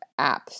apps